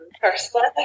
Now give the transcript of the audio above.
personally